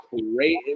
great